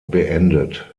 beendet